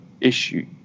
issue